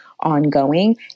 ongoing